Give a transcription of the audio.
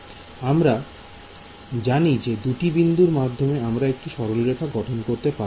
আমরা আমরা জানি যে দুটি বিন্দুর মাধ্যমে আমরা একটি সরলরেখা গঠন করতে পারব